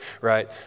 right